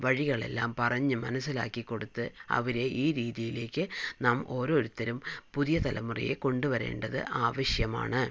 വഴികളെല്ലാം പറഞ്ഞ് മനസ്സിലാക്കി കൊടുത്ത് അവരെ ഈ രീതിയിലേക്ക് നാം ഓരോരുത്തരും പുതിയ തലമുറയെ കൊണ്ട് വരേണ്ടത് ആവശ്യമാണ്